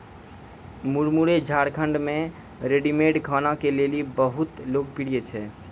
मुरमुरे झारखंड मे रेडीमेड खाना के लेली बहुत लोकप्रिय छै